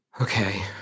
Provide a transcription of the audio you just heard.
Okay